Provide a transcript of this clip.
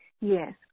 Yes